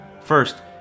First